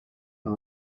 par